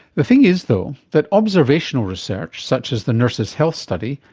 the thing is though that observational research such as the nurses' health study,